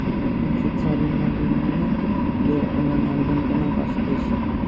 हम शिक्षा ऋण वा लोनक लेल ऑनलाइन आवेदन कोना कऽ सकैत छी?